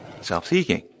Self-seeking